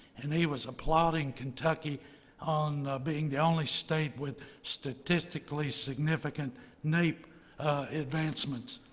and he was applauding kentucky on being the only state with statistically significant naep advancements.